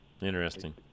Interesting